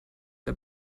der